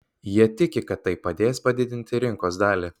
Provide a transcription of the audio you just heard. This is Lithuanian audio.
jie tiki kad tai padės padidinti rinkos dalį